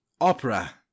opera